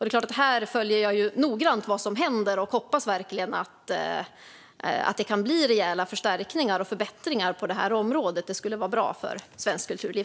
Jag följer noggrant vad som händer här och hoppas verkligen att det kan bli rejäla förstärkningar och förbättringar på detta område. Det skulle vara bra för svenskt kulturliv.